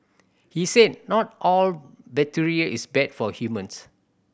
he said not all bacteria is bad for humans